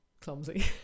clumsy